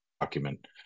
document